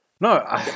No